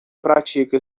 pratica